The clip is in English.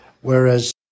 whereas